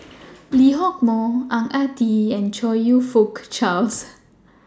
Lee Hock Moh Ang Ah Tee and Chong YOU Fook Charles